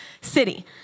city